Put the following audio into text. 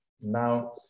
Now